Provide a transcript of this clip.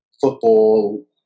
football